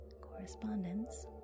Correspondence